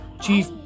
Chief